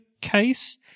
case